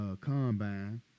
Combine